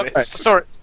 Sorry